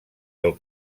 del